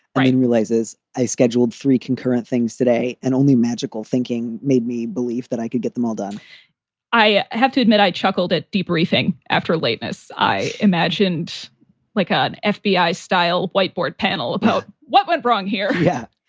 brian realizes i scheduled three concurrent things today and only magical thinking made me believe that i could get them all done i have to admit, i chuckled at debriefing after lateness. i imagined like ah an ah fbi style whiteboard panel about what went wrong here yeah,